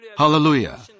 Hallelujah